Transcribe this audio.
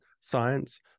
science